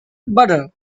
butter